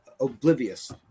oblivious